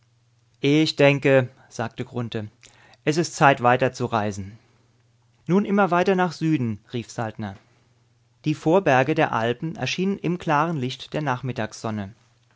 ich denke sagte grunthe es ist zeit weiterzureisen nun immer weiter nach süden rief saltner die vorberge der alpen erschienen im klaren licht der